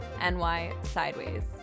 nysideways